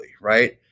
right